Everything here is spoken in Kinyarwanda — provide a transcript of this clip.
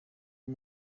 uwo